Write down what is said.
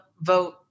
vote